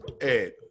Ed